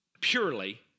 Purely